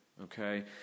Okay